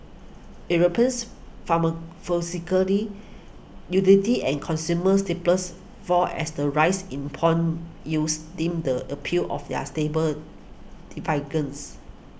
Europeans utilities and consumer staples fall as the rise in pong yields dimmed the appeal of their stable dividends